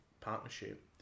partnership